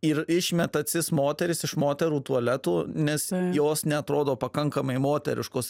ir išmeta cis moteris iš moterų tualetų nes jos neatrodo pakankamai moteriškos